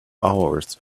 hours